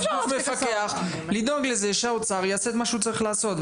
כגוף מפקח צריכים לדאוג לזה שאוצר יעשה את מה שהוא צריך לעשות.